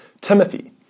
Timothy